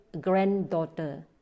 granddaughter